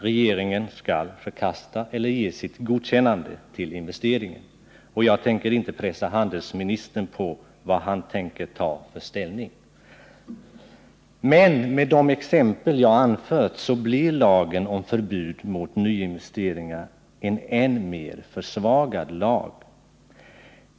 Regeringen skall förkasta eller ge sitt godkännande till investeringen, och jag tänker inte pressa handelsministern på ett besked om vad han tänker ta för ställning. Men mot bakgrund av sådana exempel som de jag har anfört blir lagen om förbud mot nyinvesteringar försvagad.